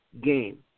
game